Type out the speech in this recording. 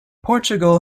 portugal